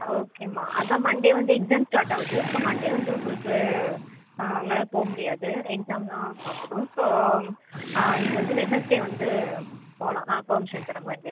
ஓகேம்மா அதுதான் மண்டே வந்து எக்ஸாம் ஸ்டாட் ஆகுது ஸோ மண்டே வந்து உங்களுக்கு உங்களால் போக முடியாது எக்ஸாம் தான் பார்க்கணும் ஸோ நீங்கள் வந்து வெட்னஸ்டே வந்து போகலாம் நான் பர்மிஷன் தரேம்மா வெட்னஸ்